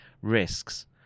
risks